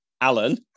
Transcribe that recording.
Alan